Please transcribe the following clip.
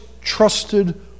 trusted